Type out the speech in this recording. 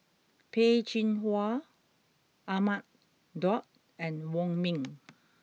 Peh Chin Hua Ahmad Daud and Wong Ming